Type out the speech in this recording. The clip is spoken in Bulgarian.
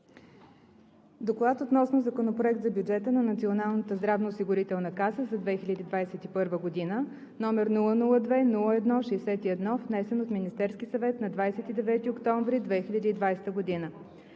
гласуване Законопроект за бюджета на Националната здравноосигурителна каса за 2021 г., № 002-01-61, внесен от Министерския съвет на 29 октомври 2020 г.“